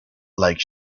like